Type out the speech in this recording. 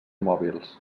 mòbils